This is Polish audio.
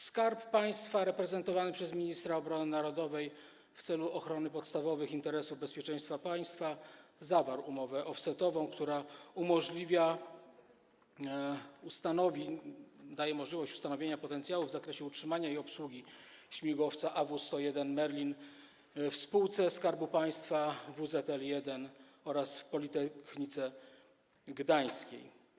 Skarb Państwa reprezentowany przez ministra obrony narodowej w celu ochrony podstawowych interesów bezpieczeństwa państwa zawarł umowę offsetową, która daje możliwość ustanowienia potencjału w zakresie utrzymania i obsługi śmigłowca AW101 Merlin w spółce Skarbu Państwa WZL nr 1 oraz Politechnice Gdańskiej.